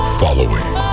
following